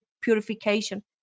purification